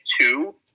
two